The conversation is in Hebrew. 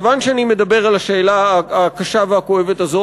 כיוון שאני מדבר על השאלה הקשה והכואבת הזאת,